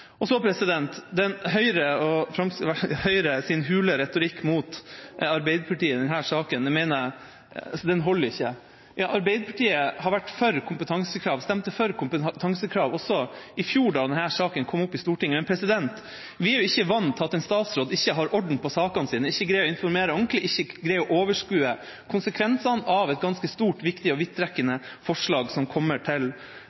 Og så: Høyres hule retorikk mot Arbeiderpartiet i denne saken mener jeg ikke holder. Arbeiderpartiet har vært for kompetansekrav og stemte for kompetansekrav også i fjor da denne saken kom opp i Stortinget. Men vi er ikke vant til at en statsråd ikke har orden på sakene sine, ikke greier å informere ordentlig og ikke greier å overskue konsekvensene av et ganske stort, viktig og vidtrekkende forslag som kommer til